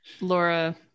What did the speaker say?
Laura